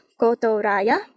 Kotoraya